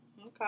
Okay